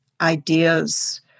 ideas